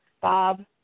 Bob